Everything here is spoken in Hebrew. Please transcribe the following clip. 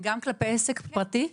גם כלפי עסק פרטי.